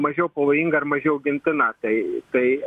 mažiau pavojinga ir mažiau gintina tai tai